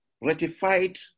ratified